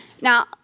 Now